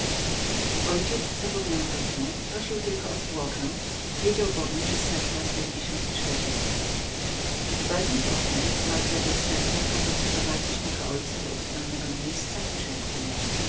ojciec zobowiązał się prosił tylko o zwłokę wiedział bowiem że serra pilnie się strzegł we dwa dni potem margrabia serra kazał sprowadzić mego ojca do ukrytego miejsca i